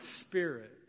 Spirit